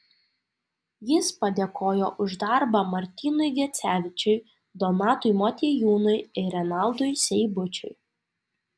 jis padėkojo už darbą martynui gecevičiui donatui motiejūnui ir renaldui seibučiui